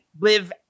live